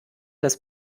des